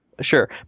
Sure